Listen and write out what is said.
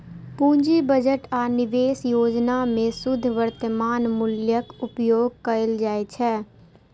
पूंजी बजट आ निवेश योजना मे शुद्ध वर्तमान मूल्यक उपयोग कैल जाइ छै